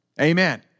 Amen